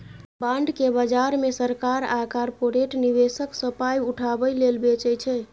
bond केँ बजार मे सरकार आ कारपोरेट निबेशक सँ पाइ उठाबै लेल बेचै छै